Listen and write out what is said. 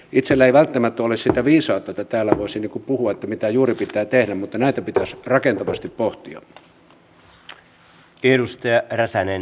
itselläni ei välttämättä ole sitä viisautta että täällä voisin puhua mitä juuri pitää tehdä mutta näitä pitäisi rakentavasti pohtia